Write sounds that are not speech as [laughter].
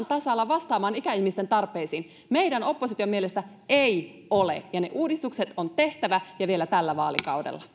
[unintelligible] tasalla vastaamaan ikäihmisten tarpeisiin meidän opposition mielestä ei ole ja ne uudistukset on tehtävä ja vielä tällä vaalikaudella [unintelligible]